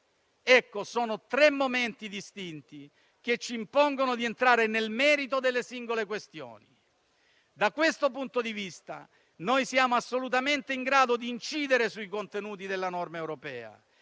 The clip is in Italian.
Sono tre momenti distinti, che ci impongono di entrare nel merito delle singole questioni. Da questo punto di vista siamo assolutamente in grado di incidere sui contenuti della norma europea